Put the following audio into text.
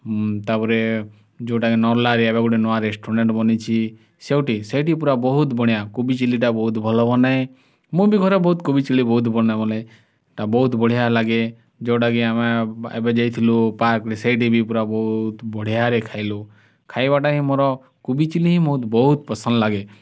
ତା' ପରେ ଯେଉଁଟାକି ନର୍ଲାରେ ଏବେ ଗୋଟେ ନୁଆ ରେଷ୍ଟୁରାଣ୍ଟ ବନିଛି ସେଉଟି ସେଇଠି ପୁରା ବହୁତ ବଢ଼ିଆ କୋବି ଚିଲ୍ଲିଟା ବହୁତ ଭଲ ବନାଏ ମୁଁ ବି ଘରେ ବହୁତ କୋବି ଚିଲ୍ଲି ବହୁତ ବନା ବନାଏ ତା' ବହୁତ ବଢ଼ିଆ ଲାଗେ ଯେଉଁଟାକି ଆମେ ଏବେ ଯାଇଥିଲୁ ପାର୍କ ସେଇଠି ବି ପୁରା ବହୁତ ବଢ଼ିଆରେ ଖାଇଲୁ ଖାଇବାଟା ହିଁ ମୋର କୋବି ଚିଲ୍ଲି ହିଁ ମୁଁ ବହୁତ ପସନ୍ଦ ଲାଗେ